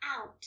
out